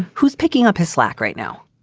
who's picking up his slack right now?